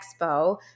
expo